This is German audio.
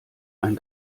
ein